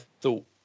thought